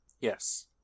yes